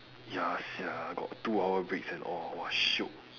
ya sia got two hour breaks and all !wah! shiok